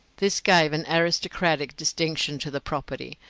this gave an aristocratic distinction to the property,